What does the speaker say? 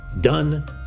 done